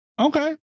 Okay